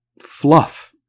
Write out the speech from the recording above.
fluff